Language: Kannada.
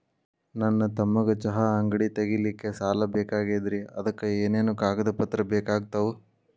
ನನ್ನ ತಮ್ಮಗ ಚಹಾ ಅಂಗಡಿ ತಗಿಲಿಕ್ಕೆ ಸಾಲ ಬೇಕಾಗೆದ್ರಿ ಅದಕ ಏನೇನು ಕಾಗದ ಪತ್ರ ಬೇಕಾಗ್ತವು?